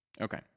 okay